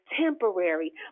temporary